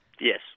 Yes